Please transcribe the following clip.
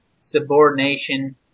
subordination